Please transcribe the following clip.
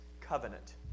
covenant